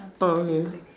oh okay